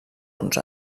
uns